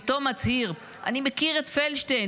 פתאום מצהיר: אני מכיר את פלדשטיין.